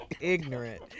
Ignorant